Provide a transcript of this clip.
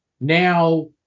Now